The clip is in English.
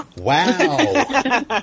Wow